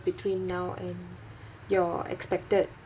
between now and your expected